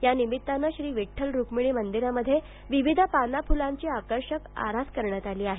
या निमित्तानं श्री विठ्ठल रुक्मिणी मंदिरामध्ये विविध पाना फुलांची आकर्षक आरास करण्यात आली आहे